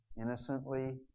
innocently